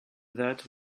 that